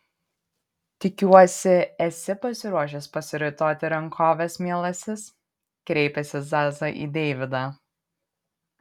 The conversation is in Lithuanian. tikiuosi esi pasiruošęs pasiraitoti rankoves mielasis kreipėsi zaza į deividą